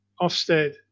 Ofsted